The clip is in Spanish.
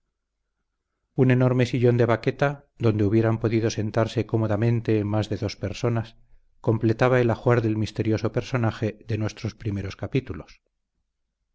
un enorme sillón de baqueta donde hubieran podido sentarse cómodamente más de dos personas completaba el ajuar del misterioso personaje de nuestros primeros capítulos